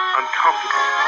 uncomfortable